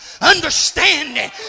understanding